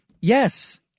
Yes